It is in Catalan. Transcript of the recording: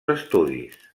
estudis